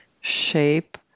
shape